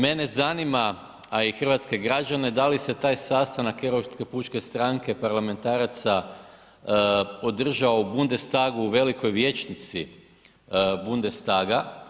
Mene zanima, a i hrvatske građane da li se taj sastanak EPS parlamentaraca održao u Bundestagu u velikoj vijećnici Bundestaga.